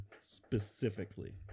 specifically